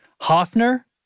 Hoffner